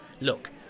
Look